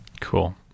Cool